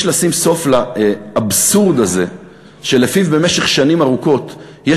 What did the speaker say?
יש לשים סוף לאבסורד הזה שלפיו במשך שנים ארוכות יש